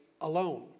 alone